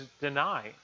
deny